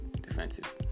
defensive